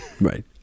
right